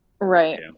Right